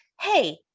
hey